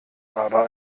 aber